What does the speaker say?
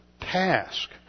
task